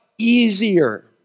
easier